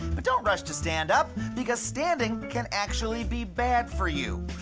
but don't rush to stand up, because standing can actually be bad for you.